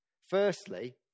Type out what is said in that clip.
Firstly